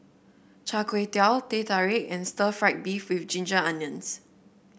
Char Kway Teow Teh Tarik and Stir Fried Beef with Ginger Onions